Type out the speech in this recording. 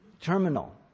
terminal